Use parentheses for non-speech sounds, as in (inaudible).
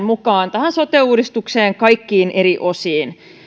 (unintelligible) mukaan tämän sote uudistuksen kaikkiin eri osiin